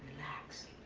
relax,